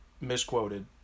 misquoted